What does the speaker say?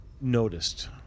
noticed